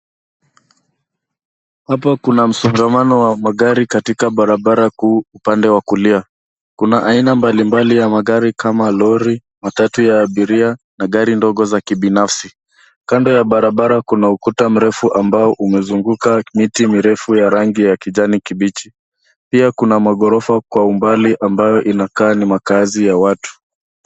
Hapa nkuna msongamano wa magari katika barabara kuu upande wa kulia. Kuna aina mbalimbali ya magari kama lori, matatu ya abiria, na gari ndogo za kibinafsi. Kando ya barabara kuna ukuta mrefu ambao umezunguka miti mirefu ya rangi ya kijani kibichi. Pia, kuna maghorofa kwa umbali ambayo inakaa ni makazi ya watu.